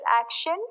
action